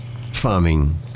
farming